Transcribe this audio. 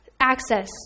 Access